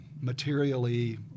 materially